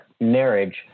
marriage